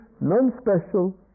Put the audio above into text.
non-special